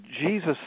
Jesus